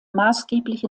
maßgeblich